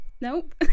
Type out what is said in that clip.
Nope